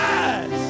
Yes